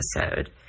episode